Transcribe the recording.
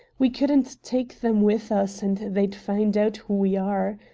we couldn't take them with us, and they'd find out who we are.